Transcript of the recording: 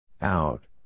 Out